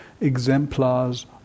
exemplars